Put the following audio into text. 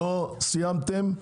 לא סיימתם?